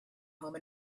home